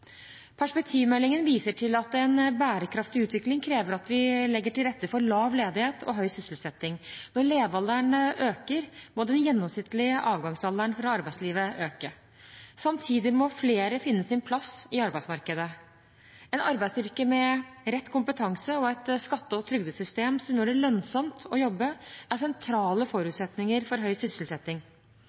Perspektivmeldingen viser til at en bærekraftig utvikling krever at vi legger til rette for lav ledighet og høy sysselsetting. Når levealderen øker, må den gjennomsnittlige avgangsalderen fra arbeidslivet øke. Samtidig må flere finne sin plass i arbeidsmarkedet. En arbeidsstyrke med rett kompetanse og et skatte- og trygdesystem som gjør det lønnsomt å jobbe, er sentrale forutsetninger for høy sysselsetting.